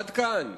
עד כאן.